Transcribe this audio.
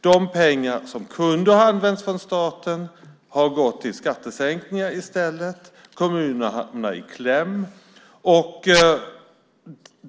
De pengar som kunde ha använts från staten har gått till skattesänkningar i stället. Kommunerna hamnar i kläm.